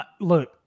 look